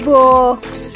books